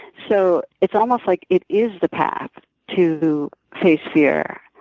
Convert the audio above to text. so it's almost like it is the path to face fear.